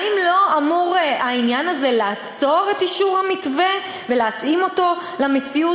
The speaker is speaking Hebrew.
האם לא אמור העניין הזה לעצור את אישור המתווה ולהתאים אותו למציאות?